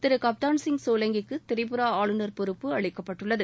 திரு கப்தாள் சிங் சோலன்கி க்கு திரிபுரா ஆளுநர் பொறப்பு அளிக்கப்பட்டுள்ளது